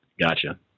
Gotcha